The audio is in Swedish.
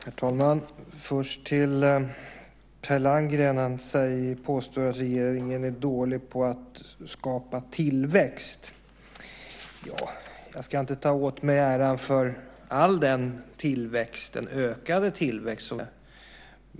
Herr talman! Först vänder jag mig till Per Landgren som påstår att regeringen är dålig på att skapa tillväxt. Jag ska inte ta åt mig äran för all den ökade tillväxt som vi för närvarande har i Sverige.